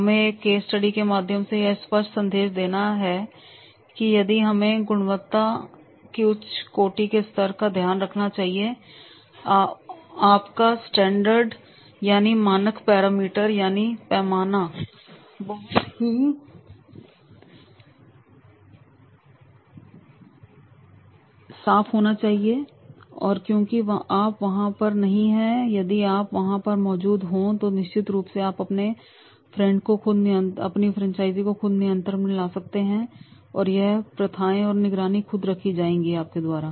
हमें एक case study के माध्यम से यह स्पष्ट संदेश देना है कि यदि हम अपने गुणवत्ता की उच्च कोटी के स्तर का ध्यान रखना चाहते हैं तो आपका स्टैंडर्ड यानी मानक पैरामीटर यानी पैमाना बहुत ही साफ होना चाहिए क्योंकि आप वहां पर नहीं हो और और यदि आप वहां पर मौजूद हो तो निश्चित रूप से आप अपने फ्रेंड को खुद नियंत्रण में ला सकते हैं और यह सब प्रथाएं और निगरानी खुद रखी जाएगी आपके द्वारा